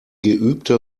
geübte